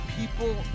people